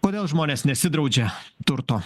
kodėl žmonės nesidraudžia turto